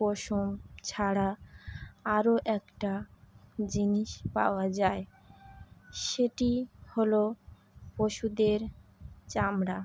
পশম ছাড়া আরও একটা জিনিস পাওয়া যায় সেটি হল পশুদের চামড়া